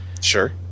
sure